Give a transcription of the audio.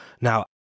Now